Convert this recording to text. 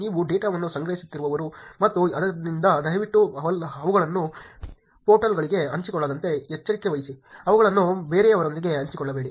ನೀವು ಡೇಟಾವನ್ನು ಸಂಗ್ರಹಿಸುತ್ತಿರುವವರು ಮತ್ತು ಆದ್ದರಿಂದ ದಯವಿಟ್ಟು ಅವುಗಳನ್ನು ಪೋರ್ಟಲ್ಗಳಲ್ಲಿ ಹಂಚಿಕೊಳ್ಳದಂತೆ ಎಚ್ಚರಿಕೆ ವಹಿಸಿ ಅವುಗಳನ್ನು ಬೇರೆಯವರೊಂದಿಗೆ ಹಂಚಿಕೊಳ್ಳಬೇಡಿ